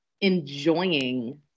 enjoying